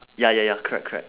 ya ya ya correct correct